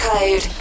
Code